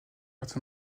partir